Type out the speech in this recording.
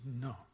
No